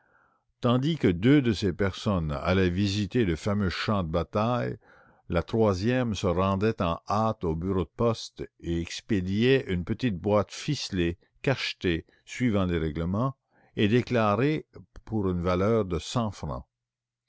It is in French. tandis que deux de ces personnes allaient visiter le fameux champ de bataille la troisième se rendait en hâte au bureau de poste et expédiait une petite boîte ficelée cachetée selon les réglements et déclarée pour la valeur de cent francs